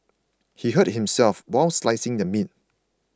he hurt himself while slicing the meat